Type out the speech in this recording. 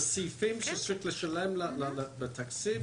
היא קובעת לסעיפים שצריכים לשלם בתקציב.